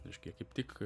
reiškia kaip tik